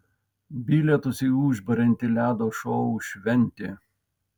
bilietus į užburiantį ledo šou šventė